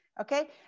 okay